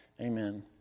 Amen